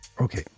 Okay